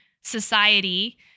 society